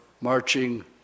marching